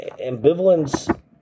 ambivalence